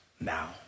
now